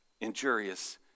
injurious